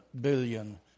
billion